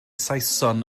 saeson